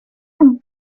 barnett